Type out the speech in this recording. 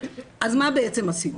אז מה בעצם עשינו?